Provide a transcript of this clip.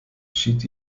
schied